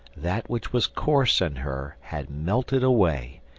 that which was coarse in her had melted away,